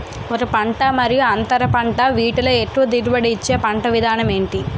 ఒక పంట మరియు అంతర పంట వీటిలో ఎక్కువ దిగుబడి ఇచ్చే పంట విధానం ఏంటి?